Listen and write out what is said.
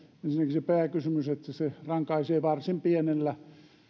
se pääkysymys että se rankaisee varsin pienillä